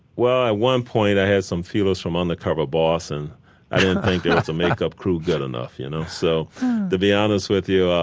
well, at one point i had some feelers from undercover boss, and i didn't think there was a makeup crew good enough, you know. so to be honest with you,